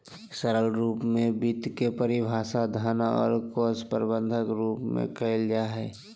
सरल रूप में वित्त के परिभाषा धन और कोश प्रबन्धन रूप में कइल जा हइ